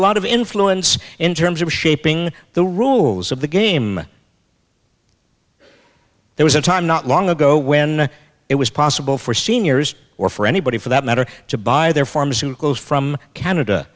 lot of influence in terms of shaping the rules of the game there was a time not long ago when it was possible for seniors or for anybody for that matter to buy their farms who goes from canada